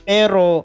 Pero